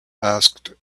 asked